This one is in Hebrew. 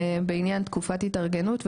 בעניין תקופת התארגנות,